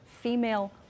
female